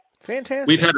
Fantastic